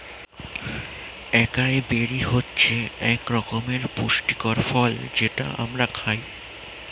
একাই বেরি হচ্ছে একধরনের পুষ্টিকর ফল যেটা আমরা খাই